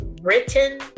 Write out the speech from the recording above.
written